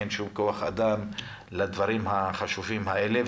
אין שום כוח אדם לדברים החשובים האלה.